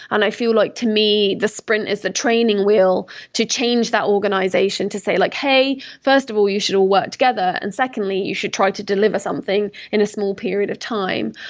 and i feel like, to me, the sprint is a training wheel to change that organization to say, like hey, first of all, you should all work together. and secondly, you should try to delivery something in a small period of time.